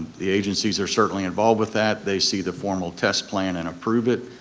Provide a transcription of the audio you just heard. the agencies are certainly involved with that, they see the formal test plan and approve it,